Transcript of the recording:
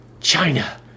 China